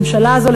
הממשלה הזו,